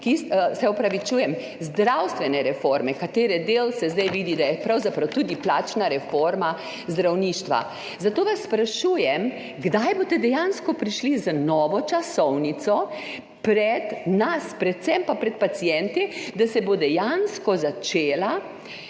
kaj od napovedane zdravstvene reforme, katere del se zdaj vidi, da je pravzaprav tudi plačna reforma zdravništva. Zato vas sprašujem: Kdaj boste dejansko prišli z novo časovnico pred nas, predvsem pa pred paciente, da se bo dejansko začela